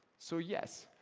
so, yes,